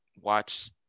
watch